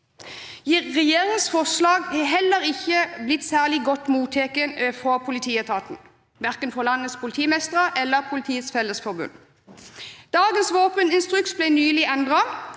Regjeringens forslag har heller ikke blitt særlig godt mottatt av politietaten, verken av landets politimestre eller av Politiets Fellesforbund. Dagens våpeninstruks ble nylig endret.